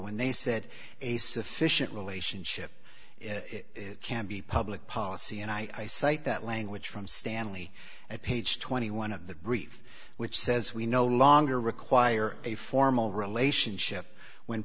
when they said a sufficient relationship it can't be public policy and i cite that language from stanley at page twenty one of the brief which says we no longer require a formal relationship when